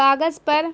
کاغذ پر